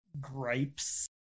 gripes